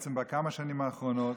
בעצם בכמה שנים האחרונות,